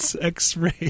x-ray